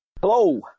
Hello